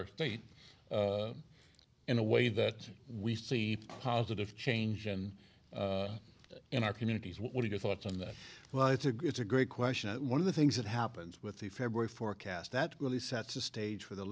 our state in a way that we see positive change and in our communities what are your thoughts on that well it's a gets a great question one of the things that happens with the february forecast that really sets the stage for the